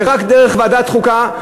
ורק דרך ועדת החוקה,